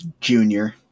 Junior